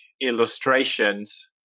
illustrations